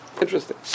Interesting